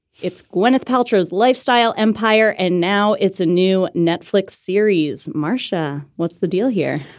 it's gwyneth paltrow's lifestyle empire, and now it's a new netflix series. marcia, what's the deal here?